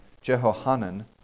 Jehohanan